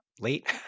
late